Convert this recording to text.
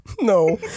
No